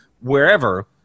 wherever